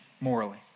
morally